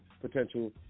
potential